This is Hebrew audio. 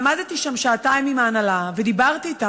עמדתי שם שעתיים עם ההנהלה ודיברתי אתם.